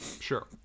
Sure